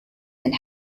and